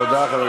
תתביישי לך.